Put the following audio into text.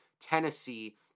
Tennessee